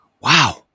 Wow